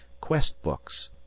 quest-books